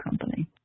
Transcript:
company